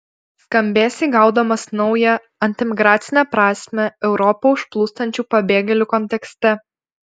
skambės įgaudamas naują antiimigracinę prasmę europą užplūstančių pabėgėlių kontekste